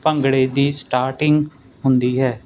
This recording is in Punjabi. ਭੰਗੜੇ ਦੀ ਸਟਾਟਿੰਗ ਹੁੰਦੀ ਹੈ